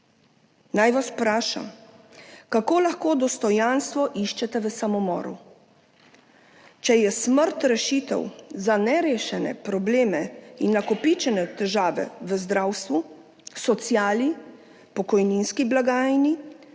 Naj vas vprašam, kako lahko dostojanstvo iščete v samomoru? Če je smrt rešitev za nerešene probleme in nakopičene težave v zdravstvu, sociali, pokojninski blagajni,